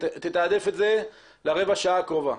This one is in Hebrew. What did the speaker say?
תתעדף את זה לרבע השעה הקרובה.